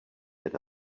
that